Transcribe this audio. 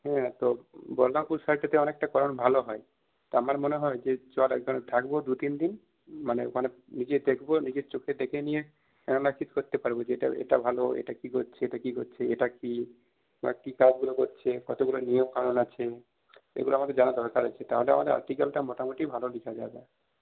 হ্যাঁ তো বলাপুর সাইডটাতে অনেকটা করম ভালো হয় তো আমার মনে হয় যে চল থাকবো দু তিনদিন মানে মানে নিজে দেখবো নিজের চোখে দেখে নিয়ে অ্যানালাইসিস করতে পারবো যে এটা এটার ভালো এটা কী করছে এটা কি করছে এটা কী বা কী কাজগুলো করছে কতগুলো নিয়মকানুন আছে এগুলা আমাদের জানা দরকার আছে তাহলে আমাদের আর্টিকেলটা মোটামুটি ভালো লেখা যাবে